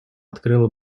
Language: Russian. открыла